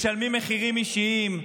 משלמים מחירים אישיים,